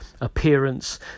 appearance